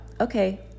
okay